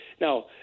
Now